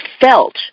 Felt